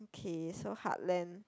okay so heartland